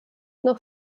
noch